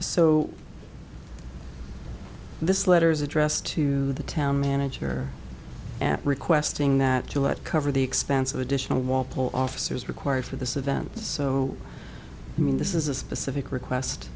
so this letter is addressed to the town manager at requesting that you let cover the expense of additional walpole officers required for this event so i mean this is a specific request